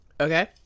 Okay